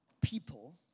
people